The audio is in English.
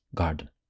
garden